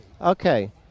Okay